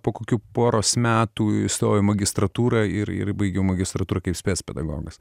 po kokių poros metų įstojau į magistratūrą ir ir baigiau magistratūrą kaip spec pedagogas